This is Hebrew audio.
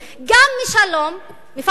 גם משלום מפחדים.